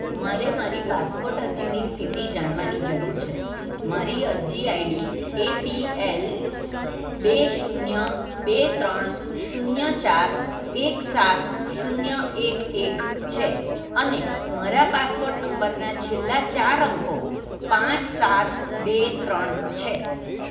મારે મારી પાસપોર્ટ અરજીની સ્થિતિ જાણવાની જરૂર છે મારી અરજી આઈડી એપીએલ બે શૂન્ય બે ત્રણ શૂન્ય ચાર એક સાત શૂન્ય એક એક છે અને મારા પાસપોર્ટ નંબરના છેલ્લા ચાર અંકો પાંચ સાત બે ત્રણ છે